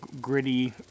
gritty